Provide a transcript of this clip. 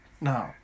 no